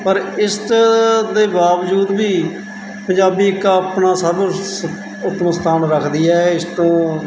ਪਰ ਇਸ ਦੇ ਬਾਵਜੂਦ ਵੀ ਪੰਜਾਬੀ ਇੱਕ ਆਪਣਾ ਸਭ ਨੂੰ ਸ ਉੱਤਮ ਸਥਾਨ ਰੱਖਦੀ ਹੈ ਇਸ ਤੋਂ